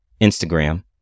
Instagram